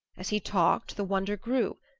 as he talked the wonder grew.